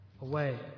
away